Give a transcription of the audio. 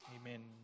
Amen